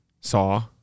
saw